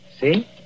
See